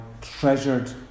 treasured